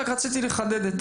רק רציתי לחדד.